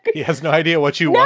but he has no idea what you